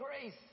grace